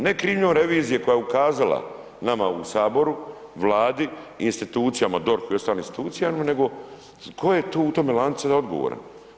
Ne krivnjom revizije koja je ukazala nama u Saboru, Vladi i institucijama, DORH i ostalim institucijama, nego tko je tu, u tome lancu odgovoran?